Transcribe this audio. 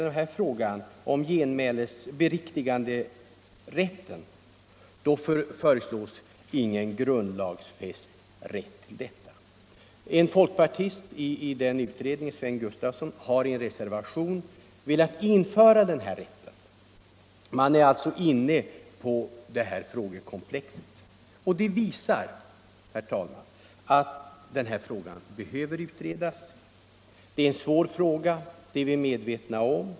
Men där föreslås inte heller någon grundlagsfäst rätt till beriktigande. En folkpartist i utredningen, Sven Gustafson, har reserverat sig för en sådan rätt. Man är alltså inne på detta frågekomplex. Det visar, herr talman, att denna fråga behöver utredas. Det är en svår fråga — det är vi medvetna om.